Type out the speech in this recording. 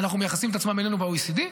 שאנחנו מייחסים את עצמנו אליהן, ב-OECD.